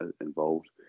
involved